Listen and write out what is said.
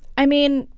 i mean,